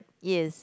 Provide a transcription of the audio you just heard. yes